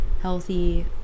healthy